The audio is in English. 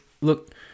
Look